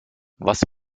was